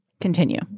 Continue